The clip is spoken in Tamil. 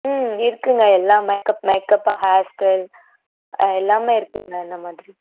ம் இருக்குதுங்க எல்லா மேக்கப் மேக்கப் ஹேர் ஸ்டைல் ஆ எல்லாமே இருக்குதுங்க இந்த மாதிரி